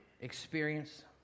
experience